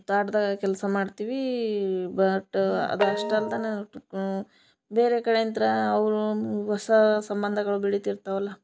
ತ್ವಾಟ್ದಾಗ ಕೆಲಸ ಮಾಡ್ತೀವಿ ಬಟ್ ಅದು ಅದಷ್ಟು ಅಲ್ದನ ತು ಬೇರೆ ಕಡೆಯಂತರ ಅವರು ಹೊಸ ಸಂಬಂಧಗಳು ಬೆಳಿತಿರ್ತಾವಲ್ಲ